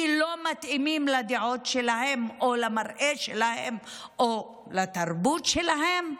הם לא מתאימים לדעות שלהם או למראה שלהם או לתרבות שלהם?